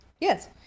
Yes